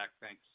thanks